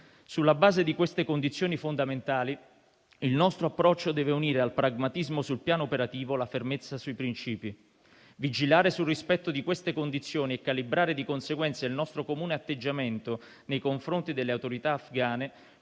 Sulla base di queste condizioni fondamentali, il nostro approccio deve unire al pragmatismo sul piano operativo la fermezza sui principi. Vigilare sul rispetto di queste condizioni e calibrare, di conseguenza, il nostro comune atteggiamento nei confronti delle autorità afghane